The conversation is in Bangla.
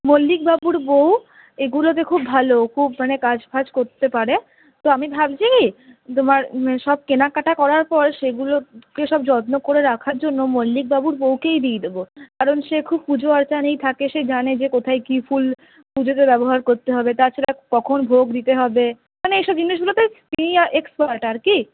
মল্লিকবাবুর বউ এগুলোতে খুব ভালো খুব মানে কাজ ফাজ করতে পারে তো আমি ভাবছি তোমার সব কেনাকাটা করার পর সেগুলোকে সব যত্ন করে রাখার জন্য মল্লিকবাবুর বউকেই দিয়ে দেব কারণ সে খুব পুজো আর্চা নিয়েই থাকে সে জানে যে কোথায় কী ফুল পুজোতে ব্যবহার করতে হবে তাছাড়া কখন ভোগ দিতে হবে মানে এইসব জিনিসগুলোতে তিনি এক্সপার্ট আর কি